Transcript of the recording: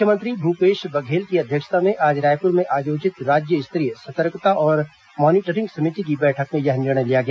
मुख्यमंत्री भूपेश बघेल की अध्यक्षता में आज रायपुर में आयोजित राज्य स्तरीय सतर्कता और मॉनिटरिंग समिति की बैठक में यह निर्णय लिया गया